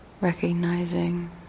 recognizing